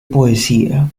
poesía